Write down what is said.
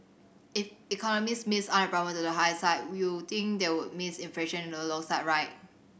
if economist missed unemployment to the high side we'll think they would miss inflation to the low side right